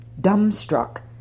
dumbstruck